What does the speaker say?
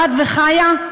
אלעד וחיה?